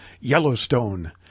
Yellowstone